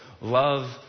love